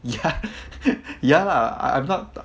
ya ya lah I'm not ta~